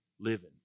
living